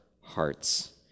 hearts